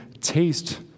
taste